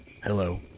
Hello